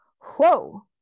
Whoa